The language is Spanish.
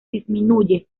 disminuye